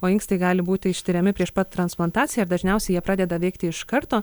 o inkstai gali būti ištiriami prieš pat transplantaciją ir dažniausiai jie pradeda veikti iš karto